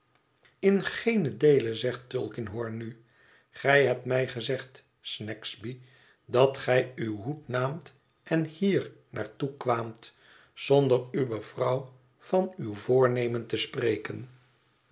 in geenen deele zegt tulkinghorn nu gij hebt mij gezegd snagsby dat gij uw hoed naamt en hier naar toe kwaamt zonder uwe vrouw van uw voornemen te spreken